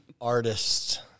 artist